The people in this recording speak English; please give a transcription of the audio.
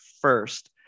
first